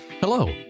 Hello